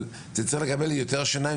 אבל זה צריך לקבל יותר שיניים,